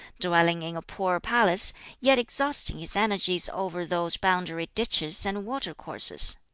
dwelling in a poor palace yet exhausting his energies over those boundary-ditches and watercourses!